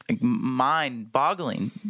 mind-boggling